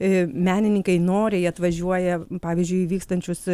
ir menininkai noriai atvažiuoja pavyzdžiui į vykstančius